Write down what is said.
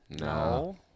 No